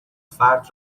فرد